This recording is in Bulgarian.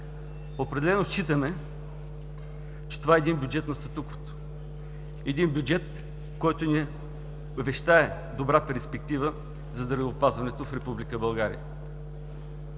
Определено считаме, че това е един бюджет на статуквото, един бюджет, който не вещае добра перспектива за здравеопазването в Република